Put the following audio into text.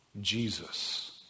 Jesus